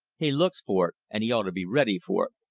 he looks for it, and he oughta be ready for it.